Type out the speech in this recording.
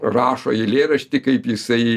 rašo eilėraštį kaip jisai